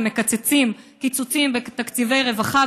ומקצצים קיצוצים בתקציבי הרווחה,